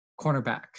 Cornerback